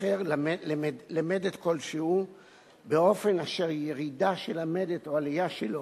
אחר למדד כלשהו באופן אשר ירידה של המדד או עלייה שלו,